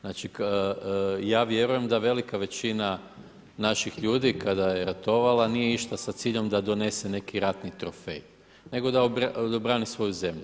Znači, ja vjerujem da velika većina naših ljudi kada je ratovala nije išla sa ciljem da donese neki ratni trofej, nego da obrani svoju zemlju.